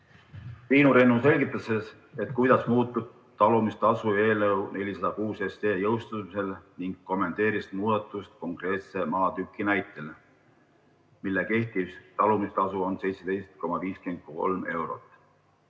Triinu Rennu selgitas, kuidas muutub talumistasu eelnõu 406 jõustumisel, ning kommenteeris muudatust konkreetse maatüki näitel, mille kehtiv talumistasu on 17,53 eurot.